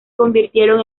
convirtieron